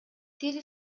тил